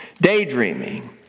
Daydreaming